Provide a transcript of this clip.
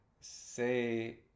Say